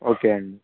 okay అండి